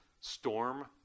storm